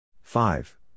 five